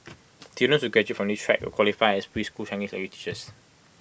students graduate from this track will qualify as preschool Chinese language teachers